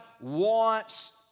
wants